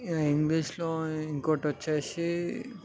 ఇంగ్లీష్లో ఇంకోటి వచ్చి